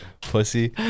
Pussy